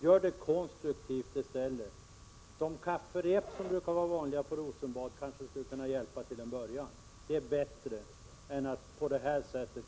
Gör det konstruktivt i stället! De kafferep som brukar hållas på Rosenbad kanske skulle kunna hjälpa till en början. Det är bättre än att krångla till det på det här sättet.